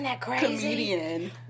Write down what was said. comedian